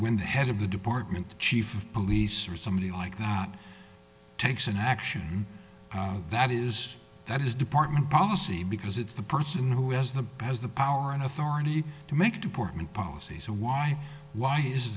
when the head of the department chief of police or somebody like god takes an action that is that is department policy because it's the person who has the by has the power and authority to make department policy so why why is